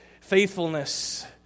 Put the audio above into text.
faithfulness